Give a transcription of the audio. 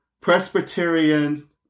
Presbyterian